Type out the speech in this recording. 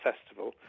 festival